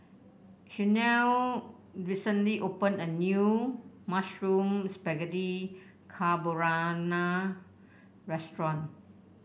Shanelle recently opened a new Mushroom Spaghetti Carbonara Restaurant